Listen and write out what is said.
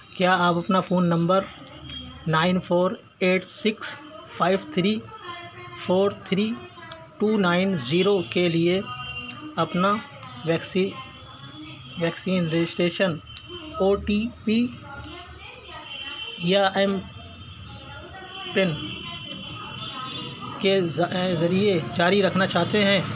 کیا آپ اپنا phone number nine four eight six five three four three two nine zero کے لیے اپنا vaccine vaccine registration O T P یا ایم پن کے ذریعے جاری رکھنا چاہتے ہیں